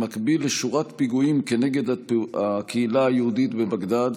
במקביל לשורת פיגועים כנגד הקהילה היהודית בבגדאד,